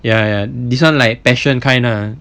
ya ya this [one] like passion kind lah